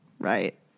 right